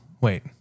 Wait